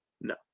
no